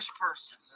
person